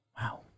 Wow